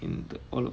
in the all of